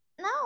No